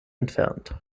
entfernt